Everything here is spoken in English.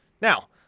Now